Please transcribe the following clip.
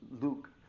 Luke